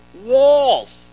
walls